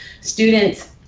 Students